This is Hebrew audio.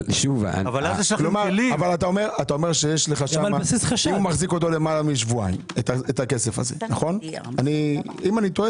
אבל אם מכניס את הכסף הזה למעלה משבועיים תעצרו אותי אם אני טועה